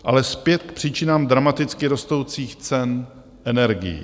Ale zpět k příčinám dramaticky rostoucích cen energií.